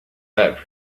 that